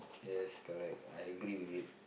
yes correct I agree with it